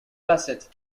bassett